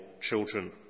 children